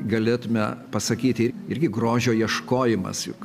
galėtume pasakyti irgi grožio ieškojimas juk